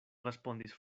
respondis